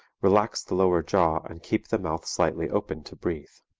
relax the lower jaw and keep the mouth slightly open to breathe.